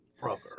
brother